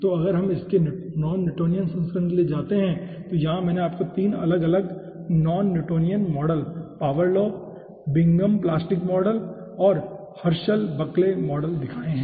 तो अगर हम इसके नॉन न्यूटोनियन संस्करण के लिए जाते हैं तो यहां मैंने आपको 3 अलग अलग non Newtonian model power law Bingham plastic model और हर्शल बकले मॉडल दिखाये है